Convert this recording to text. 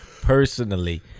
personally